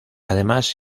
además